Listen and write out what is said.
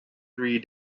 three